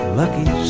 lucky